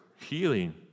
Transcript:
healing